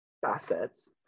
facets